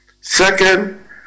Second